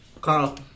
Carl